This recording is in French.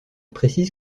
précise